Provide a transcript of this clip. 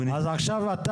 אז עכשיו אתה,